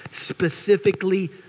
specifically